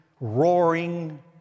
roaring